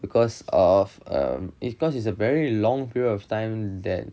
because of um because it's a very long period of time that